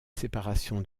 séparation